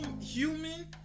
human